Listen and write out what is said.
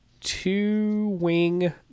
two-wing